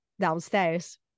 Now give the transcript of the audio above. downstairs